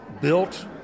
built